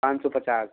पाँच सौ पचास